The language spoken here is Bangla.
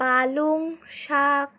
পালং শাক